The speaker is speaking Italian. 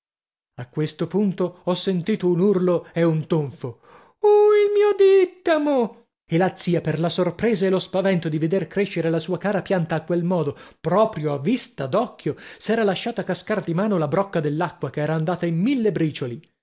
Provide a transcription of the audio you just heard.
a questo punto ho sentito un urlo e un tonfo uh il mio dìttamo e la zia per la sorpresa e lo spavento di veder crescere la sua cara pianta a quel modo proprio a vista d'occhio s'era lasciata cascar di mano la brocca dell'acqua che era andata in mille bricioli